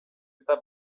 eta